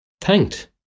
thanked